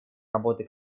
работы